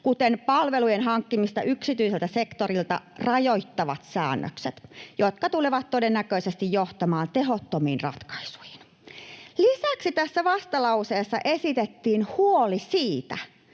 kuten palvelujen hankkimista yksityiseltä sektorilta rajoittavat säännökset, jotka tulevat todennäköisesti johtamaan tehottomiin ratkaisuihin. Lisäksi tässä vastalauseessa esitettiin huoli siitä,